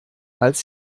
als